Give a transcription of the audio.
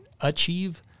achieve